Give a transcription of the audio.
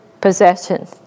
possession